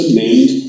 named